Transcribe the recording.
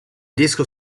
disco